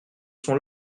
sont